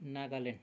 Nagaland